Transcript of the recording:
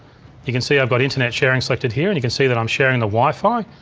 you can see i've got internet sharing selected here and you can see that i'm sharing the wifi,